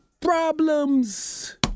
problems